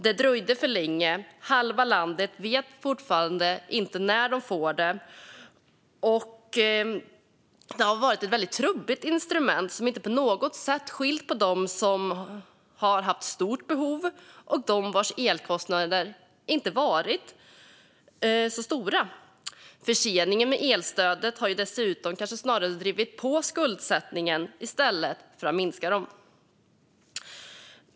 Det dröjde för länge, halva landet vet fortfarande inte när de får det och det har varit ett trubbigt instrument som inte på något sätt skilt mellan dem som har ett stort behov och dem vars elkostnader inte varit så stora. Förseningen av elstödet har dessutom snarare drivit på skuldsättningen i stället för att minska den.